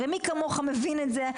הרי מי כמוך מבין את זה,